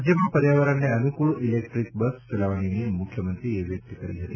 રાજયમાં પર્યાવરણને અનુકુળ ઈલેક્ટ્રીક બસ ચલાવવાની નેમ મુખ્યમંત્રીએ વ્યક્ત કરી હતી